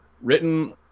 written